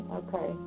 okay